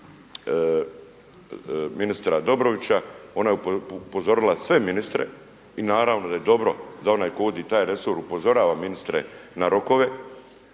ministra Dobrovića ona je upozorila sve ministre i naravno da je dobro da onaj tko vodi taj resor upozorava ministre na rokove,